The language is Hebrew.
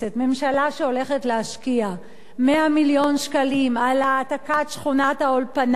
ממשלה שהולכת להשקיע 100 מיליון שקלים בהעתקת שכונת-האולפנה,